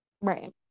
right